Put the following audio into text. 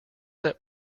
that